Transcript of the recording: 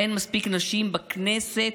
אין מספיק נשים בכנסת,